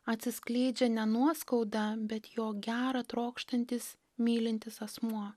atsiskleidžia ne nuoskauda bet jo gerą trokštantis mylintis asmuo